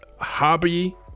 hobby